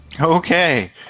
Okay